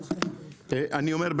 אני אומר,